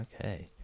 Okay